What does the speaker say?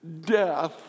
death